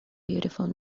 beautiful